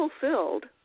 fulfilled